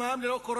חבר הכנסת בן-ארי.